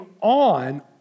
on